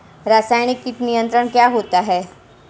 रसायनिक कीट नियंत्रण क्या होता है?